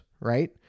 right